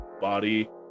body